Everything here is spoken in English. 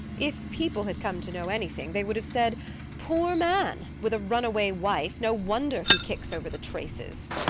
if people had come to know anything, they would have said poor man! with a runaway wife, no wonder he kicks over the traces.